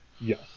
Yes